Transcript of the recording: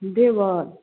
देबै